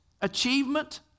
achievement